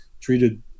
treated